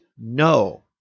No